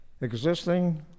Existing